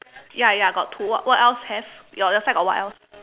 ya ya got two what what else have your your side got what else